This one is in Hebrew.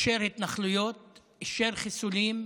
אישר התנחלויות, אישר חיסולים,